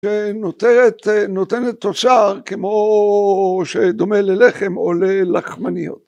שנותנת, נותנת תוצר, כמו ש... דומה ללחם או ללחמניות.